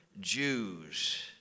Jews